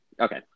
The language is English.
Okay